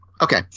Okay